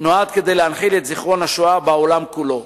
נועד להנחיל את זיכרון השואה בעולם כולו,